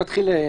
תודה.